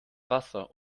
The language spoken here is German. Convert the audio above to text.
wasser